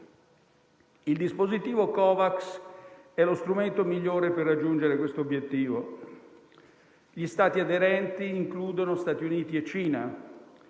Il dispositivo Covax è lo strumento migliore per raggiungere quest'obiettivo. Gli Stati aderenti includono Stati Uniti e Cina;